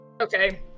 Okay